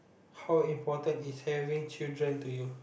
how important is having children to you